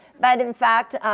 but in fact,